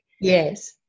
Yes